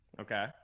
Okay